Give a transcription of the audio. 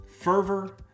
fervor